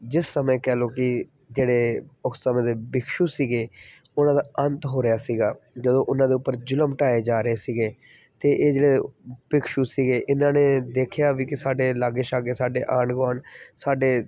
ਜਿਸ ਸਮੇਂ ਕਹਿ ਲਓ ਕਿ ਜਿਹੜੇ ਉਸ ਸਮੇਂ ਦੇ ਭਿਕਸ਼ੂ ਸੀਗੇ ਉਹਨਾਂ ਦਾ ਅੰਤ ਹੋ ਰਿਹਾ ਸੀਗਾ ਜਦੋਂ ਉਹਨਾਂ ਦੇ ਉੱਪਰ ਜੁਲਮ ਢਾਏ ਜਾ ਰਹੇ ਸੀਗੇ ਤਾਂ ਇਹ ਜਿਹੜੇ ਭਿਕਸ਼ੂ ਸੀਗੇ ਇਹਨਾਂ ਨੇ ਦੇਖਿਆ ਵੀ ਕਿ ਸਾਡੇ ਲਾਗੇ ਛਾਗੇ ਸਾਡੇ ਆਂਢ ਗੁਆਂਢ ਸਾਡੇ